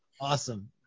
Awesome